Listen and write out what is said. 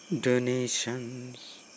donations